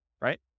right